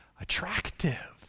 attractive